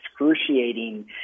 excruciating